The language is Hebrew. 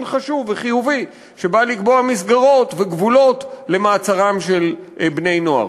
חשוב וחיובי שבא לקבוע מסגרות וגבולות למעצרם של בני-נוער.